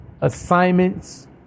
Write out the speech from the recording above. assignments